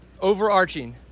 overarching